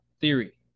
theory